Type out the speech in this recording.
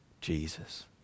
Jesus